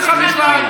חבר הכנסת טיבי.